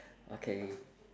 okay